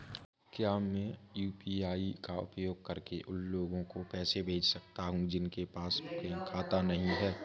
क्या मैं यू.पी.आई का उपयोग करके उन लोगों को पैसे भेज सकता हूँ जिनके पास बैंक खाता नहीं है?